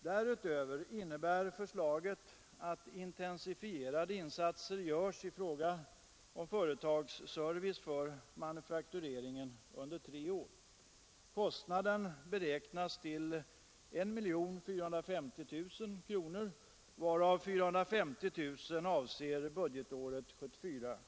Därutöver innebär propositionens förslag Torsdagen den att intensifierade insatser görs i fråga om företagsservice för manufaktur 16 maj 1974 företag under tre år. Kostnaden beräknas till 1450 000 kronor, varav 450 000 kronor avser budgetåret 1974/75.